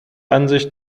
ansicht